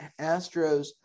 Astros